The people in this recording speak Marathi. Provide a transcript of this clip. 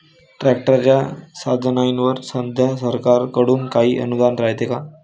ट्रॅक्टरच्या साधनाईवर सध्या सरकार कडून काही अनुदान रायते का?